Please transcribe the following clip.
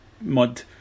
mud